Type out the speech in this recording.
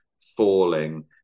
falling